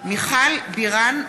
(קוראת בשם חברת הכנסת) מיכל בירן,